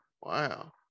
wow